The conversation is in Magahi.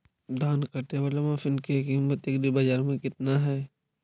धान काटे बाला मशिन के किमत एग्रीबाजार मे कितना है?